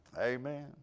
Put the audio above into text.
Amen